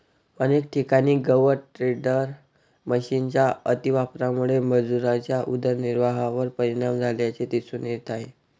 अनेक ठिकाणी गवत टेडर मशिनच्या अतिवापरामुळे मजुरांच्या उदरनिर्वाहावर परिणाम झाल्याचे दिसून येत आहे